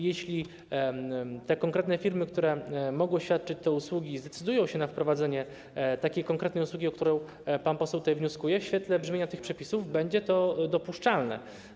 Jeśli konkretne firmy, które mogły świadczyć takie usługi, zdecydują się na wprowadzenie konkretnej usługi, o którą pan poseł wnioskuje, w świetle brzmienia tych przepisów będzie to dopuszczalne.